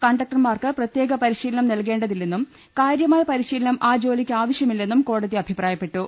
കണ്ടക്ടർമാർക്ക് പ്രത്യേക പരിശീലനം നൽകേണ്ടതില്ലെന്നും കാര്യമായ പരിശീലനം ആ ജോലിക്ക് ആവ ശ്യമില്ലെന്നും കോടതി അഭിപ്രായപ്പെട്ടു